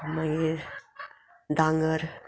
मागीर दांगर